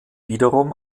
wiederum